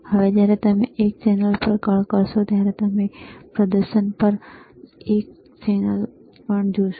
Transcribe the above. હવે જ્યારે તમે એક ચેનલ કળ કરશો ત્યારે તમે પ્રદર્શન પર ચેનલ એક પણ જોશો